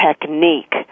technique